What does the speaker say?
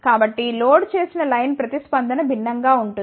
కాబట్టి లోడ్ చేసిన లైన్ ప్రతిస్పందన భిన్నం గా ఉంటుంది